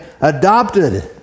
adopted